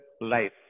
life